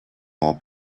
more